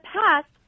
past